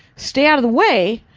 stay out of the way,